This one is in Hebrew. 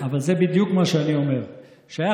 ממה שאתה מציג.